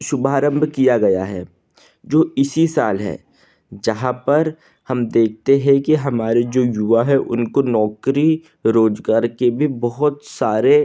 शुभारंभ किया गया है जो इसी साल है जहाँ पर हम देखते हैं कि हमारे जो युवा है उनको नौकरी रोज़गार के भी बहुत सारे